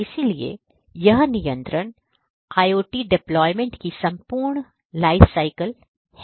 इसलिए यह नियंत्रण IOT डेप्लॉयमेंट की संपूर्ण लाइफ साइकिल है